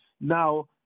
Now